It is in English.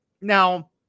Now